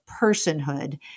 personhood